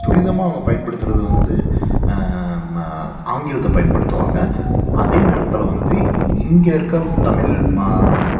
துரிதமாக அவங்க பயன்படுத்துகிறது வந்து ஆங்கிலத்தை பயன்படுத்துவாங்கள் அதே நேரத்தில் வந்து இங்கே இருக்க தமிழ் மா